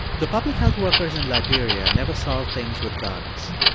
the public health workers in liberia never solved things with guns.